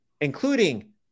including